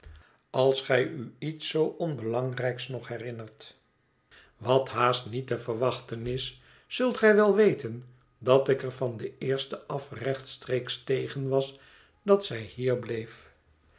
als gij u iets zoo onbelangrijks nog herinnert wat haast niet te verwachten is zult gij wel weten dat ik er van den eersten af rechtstreeks tegen was dat zij hier bleef